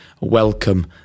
Welcome